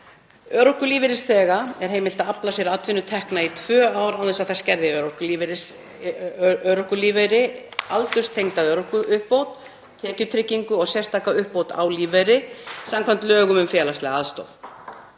Örorkulífeyrisþega er heimilt að afla sér atvinnutekna í tvö ár án þess að þær skerði örorkulífeyri, aldurstengda örorkuuppbót, tekjutryggingu og sérstaka uppbót á lífeyri samkvæmt lögum um félagslega aðstoð.